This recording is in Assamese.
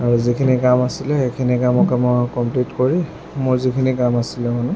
আৰু যিখিনি কাম আছিলে সেইখিনি কামকে মই কমপ্লিট কৰি মোৰ যিখিনি কাম আছিলে মানে